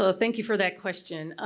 ah thank you for that question.